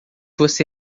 você